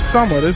Summer